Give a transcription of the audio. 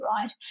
right